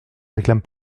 réclame